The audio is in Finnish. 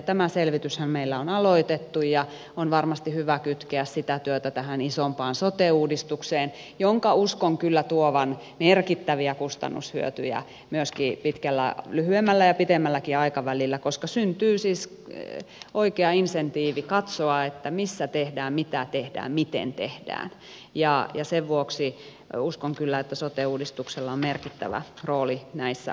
tämä selvityshän meillä on aloitettu ja on varmasti hyvä kytkeä sitä työtä tähän isompaan sote uudistukseen jonka uskon kyllä tuovan merkittäviä kustannushyötyjä lyhyemmällä ja pitemmälläkin aikavälillä koska syntyy siis oikea insentiivi katsoa missä tehdään mitä tehdään miten tehdään ja sen vuoksi uskon kyllä että sote uudistuksella on merkittävä rooli näissä asioissa